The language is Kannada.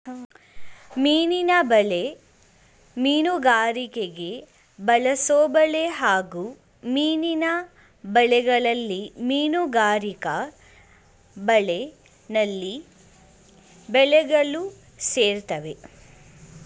ಮೀನಿನ ಬಲೆ ಮೀನುಗಾರಿಕೆಗೆ ಬಳಸೊಬಲೆ ಹಾಗೂ ಮೀನಿನ ಬಲೆಗಳಲ್ಲಿ ಮೀನುಗಾರಿಕಾ ಬಲೆ ನಳ್ಳಿ ಬಲೆಗಳು ಸೇರ್ತವೆ